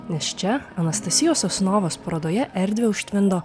nes čia anastasijos sosunovos parodoje erdvę užtvindo